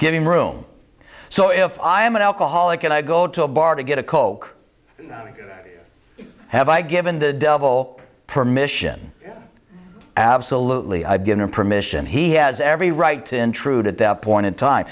giving room so if i am an alcoholic and i go to a bar to get a coke have i given the devil permission absolutely i've given him permission he has every right to intrude at that point in time